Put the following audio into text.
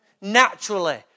Naturally